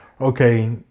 okay